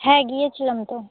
হ্যাঁ গিয়েছিলাম তো